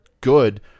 good